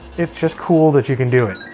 it's just cool that you can do it,